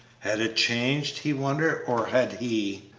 had it changed, he wondered, or had he?